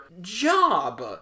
job